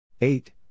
Eight